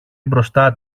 μπροστά